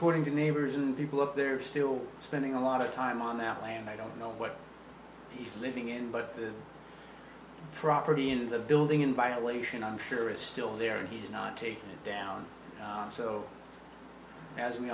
according to neighbors and people up there still spending a lot of time on that land i don't know what he's living in but the property in the building in violation i'm sure is still there and he's not taking it down so as we